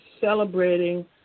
celebrating